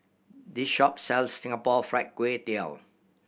this shop sells Singapore Fried Kway Tiao